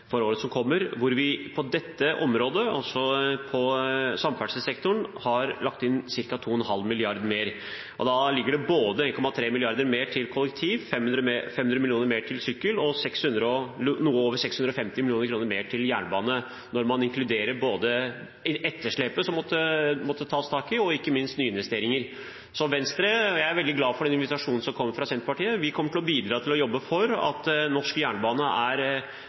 på samferdselssektoren, har lagt inn ca. 2,5 mrd. kr mer. Da ligger det inne både 1,3 mrd. kr mer til kollektivtransport, 500 mill. kr mer til sykkelveier, og noe over 650 mill. kr mer til jernbane, når man inkluderer både etterslepet som det måtte tas tak i, og ikke minst nyinvesteringer. Venstre og jeg er veldig glad for den invitasjonen som kommer fra Senterpartiet. Vi kommer til å bidra til å jobbe for at norsk jernbane er